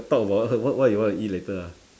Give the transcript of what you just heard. talk about what what you want to eat later ah